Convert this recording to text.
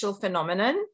phenomenon